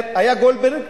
היה גולדברג,